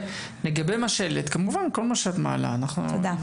לגבי מה שהעלית, כמובן, כל מה שאת מעלה ייבדק.